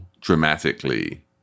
dramatically